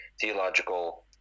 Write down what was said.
theological